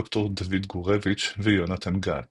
ד"ר דוד גורביץ' ויונתן גת